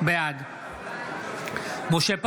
בעד משה פסל,